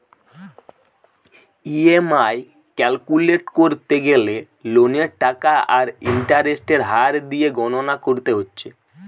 EMI calculate কোরতে গ্যালে লোনের টাকা আর ইন্টারেস্টের হার দিয়ে গণনা কোরতে হচ্ছে